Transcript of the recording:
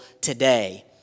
today